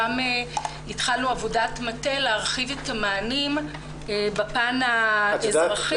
התחלנו עבודת מטה כדי להרחיב את המענים בפן האזרחי.